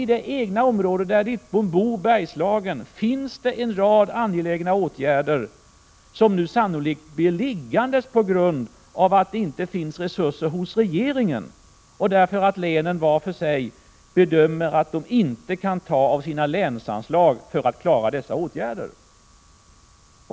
I det område där Bengt Wittbom bor, Bergslagen, är det angeläget att vidta en rad åtgärder, som nu sannolikt inte kommer till stånd på grund av att det inte finns resurser hos regeringen och därför att länen vart för sig bedömer att de inte kan ta av sina länsanslag för att klara dessa åtgärder.